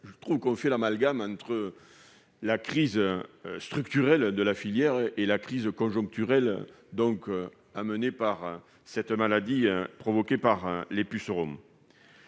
générale, qu'on fait un amalgame entre la crise structurelle de la filière et la crise conjoncturelle causée par cette maladie provoquée par les pucerons.